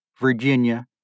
Virginia